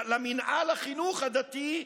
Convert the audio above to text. למינהל החינוך הדתי,